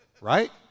Right